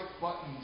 buttons